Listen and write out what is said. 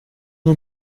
nur